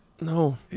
No